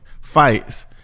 fights